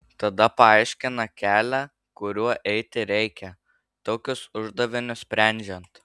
tada paaiškina kelią kuriuo eiti reikia tokius uždavinius sprendžiant